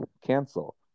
cancel